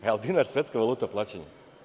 Je li dinar svetska valuta plaćanja?